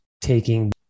taking